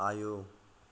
आयौ